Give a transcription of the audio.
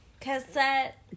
Cassette